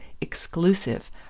exclusive